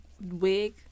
Wig